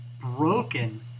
broken